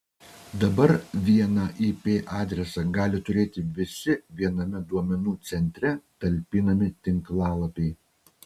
dabar vieną ip adresą gali turėti visi viename duomenų centre talpinami tinklalapiai